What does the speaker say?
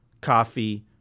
coffee